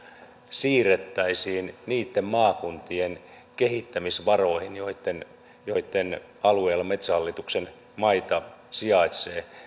siirrettäisiin niitten maakuntien kehittämisvaroihin joitten joitten alueella metsähallituksen maita sijaitsee